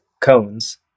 cones